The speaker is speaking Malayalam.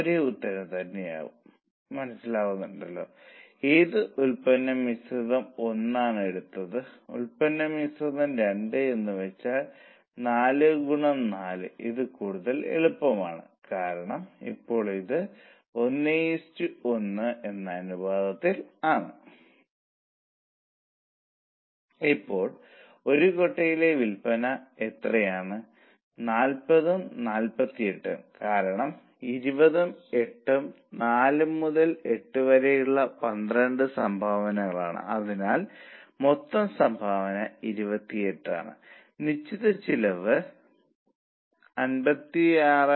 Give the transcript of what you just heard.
അതിനാൽ അവർക്ക് ലക്ഷ്യ ലാഭം കൈവരിക്കാനും ഉൽപ്പാദനം വർദ്ധിപ്പിക്കാനും തൊഴിലാളികൾക്ക് കൂടുതൽ പണം നൽകാനും നൽകിയിട്ടുള്ളതെല്ലാം ചെയ്യാനും കഴിയും അവർക്ക് യൂണിറ്റിന് മണിക്കൂറുകളുടെ എണ്ണം 2 ൽ നിന്ന് 1